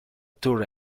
tour